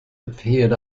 appeared